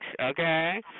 Okay